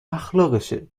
اخلاقشه